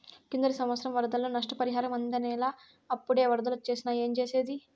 కిందటి సంవత్సరం వరదల్లో నష్టపరిహారం అందనేలా, అప్పుడే ఒరదలొచ్చేసినాయి ఏంజేసేది